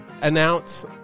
announce